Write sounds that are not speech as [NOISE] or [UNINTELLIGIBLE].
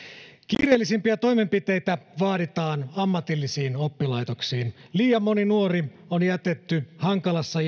kiireellisimpiä toimenpiteitä vaaditaan ammatillisiin oppilaitoksiin liian moni nuori on jätetty hankalassa [UNINTELLIGIBLE]